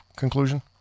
conclusion